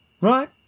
Right